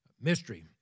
Mystery